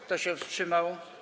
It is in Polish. Kto się wstrzymał?